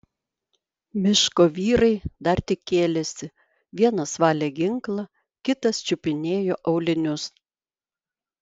miško vyrai dar tik kėlėsi vienas valė ginklą kitas čiupinėjo aulinius